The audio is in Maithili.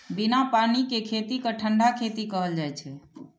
बिना पानि के खेती कें ठंढा खेती कहल जाइ छै